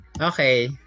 Okay